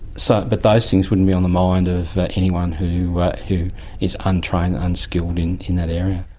so but those things wouldn't be on the mind of anyone who who is untrained, unskilled in in that area.